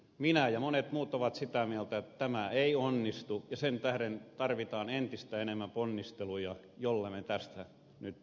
minä ja monet muut olemme sitä mieltä että tämä ei onnistu ja sen tähden tarvitaan entistä enemmän ponnisteluja joilla me tästä nyt selviäisimme